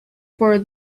for